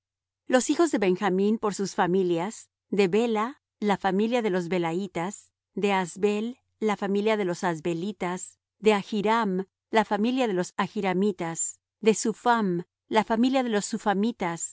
los hijos de gad por sus familias de zephón la familia de los zephonitas de aggi la familia de los aggitas de suni la familia de los sunitas de ozni la familia de los